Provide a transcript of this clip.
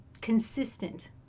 consistent